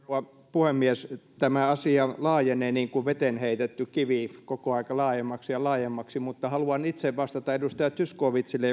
puhemies tämä asia laajenee niin kuin veteen heitetty kivi koko ajan laajemmaksi ja laajemmaksi haluan itse vastata edustaja zyskowiczille